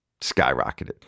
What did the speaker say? skyrocketed